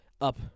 up